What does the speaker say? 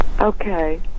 Okay